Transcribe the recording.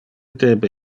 debe